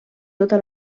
tota